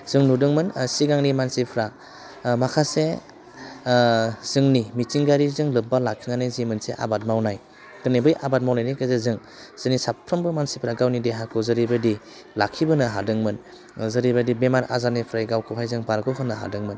जों नुदोंमोन सिगांनि मानसिफ्रा माखासे जोंनि मिथिंगायारिजों लोब्बा लाखिनानै जि मोनसे आबाद मावनाय दिनै बे आबाद मावनायनि गेजेरजों जोंनि साफ्रोमबो मानसिफ्रा गावनि देहाखौ जेरैबायदि लाखिबोनो हादोंमोन जेरैबायदि बेमार आजारनिफ्राय गावखौहाय जों बारग'होनो हादोंमोन